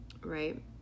Right